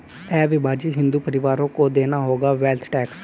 अविभाजित हिंदू परिवारों को देना होगा वेल्थ टैक्स